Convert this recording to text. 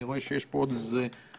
אני רואה שיש פה עוד איזה שייר.